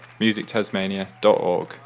musictasmania.org